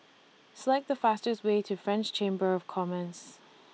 Select The fastest Way to French Chamber of Commerce